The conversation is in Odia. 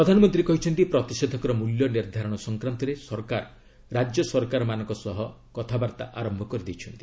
ପ୍ରଧାନମନ୍ତ୍ରୀ କହିଛନ୍ତି ପ୍ରତିଷେଧକର ମୂଲ୍ୟ ନିର୍ଦ୍ଧାରଣ ସଂକ୍ରାନ୍ତରେ ସରକାର ରାଜ୍ୟ ସରକାରମାନଙ୍କ ସହ କଥାବାର୍ତ୍ତା ଆରମ୍ଭ କରିଦେଇଛନ୍ତି